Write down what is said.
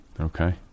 Okay